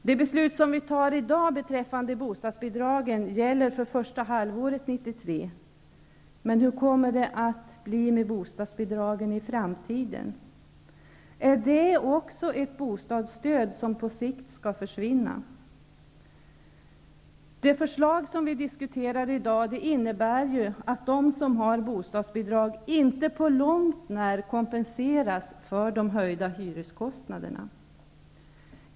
Det beslut som vi kommer att fatta i dag beträffande bostadsbidragen kommer att gälla för första halvåret 1993. Hur kommer det att bli med bostadsbidragen i framtiden? Är det också ett bostadsstöd som på sikt skall försvinna? Det förslag vi diskuterar i dag innebär ju att de som har bostadsbidrag inte på långt när kompenseras för de höjda hyreskostnaderna.